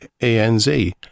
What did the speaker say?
ANZ